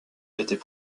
était